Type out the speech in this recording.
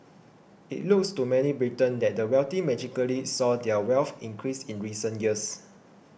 it looks to many Britons that the wealthy magically saw their wealth increase in recent years